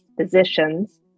physicians